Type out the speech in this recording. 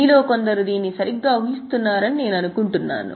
మీలో కొందరు దీన్ని సరిగ్గా ఊహిస్తున్నారని నేను అనుకుంటున్నాను